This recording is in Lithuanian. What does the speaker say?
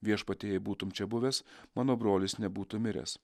viešpatie jei būtum čia buvęs mano brolis nebūtų miręs